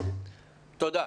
תודה.